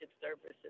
services